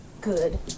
Good